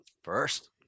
First